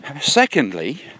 secondly